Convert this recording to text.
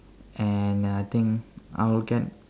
and uh I think I'll get